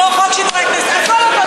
זה כמו חוק העמותות, זה מעיד על, של הממשלה.